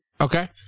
okay